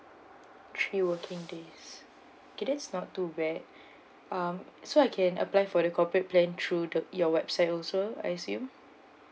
three working days okay that is not too bad um so I can apply for the corporate plan through the your website also I assume